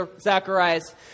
Zacharias